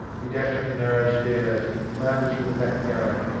he dashed up the narrow stairs, floundered through the back garret,